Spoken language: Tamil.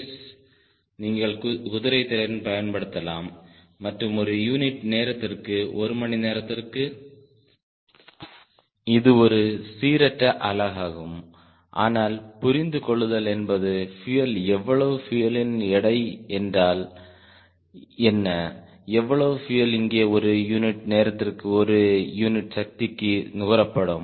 எஸ்ஸில் நீங்கள் குதிரைத்திறன் பயன்படுத்தலாம் மற்றும் ஒரு யூனிட் நேரத்திற்கு ஒரு மணி நேரத்திற்கு இது ஒரு சீரற்ற அலகாகும் ஆனால் புரிந்துகொள்ளுதல் என்பது பியூயல் எவ்வளவு பியூயலின் எடை என்றால் என்ன எவ்வளவு பியூயல் இங்கே ஒரு யூனிட் நேரத்திற்கு ஒரு யூனிட் சக்திக்கு நுகரப்படும்